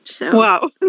Wow